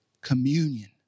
Communion